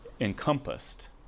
encompassed